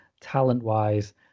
talent-wise